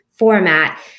Format